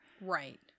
Right